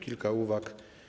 Kilka uwag.